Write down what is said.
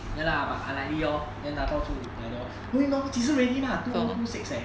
ya lah but unlikely lor 能拿到就 like that lor then 你懂几时 ready mah two O two six leh